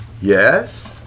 yes